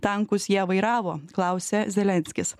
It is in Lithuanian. tankus jie vairavo klausia zelenskis